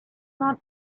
not